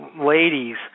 ladies